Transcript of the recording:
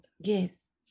yes